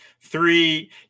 three